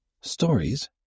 Stories